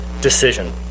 decision